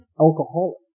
alcoholic